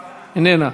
איננה,